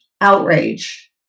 outrage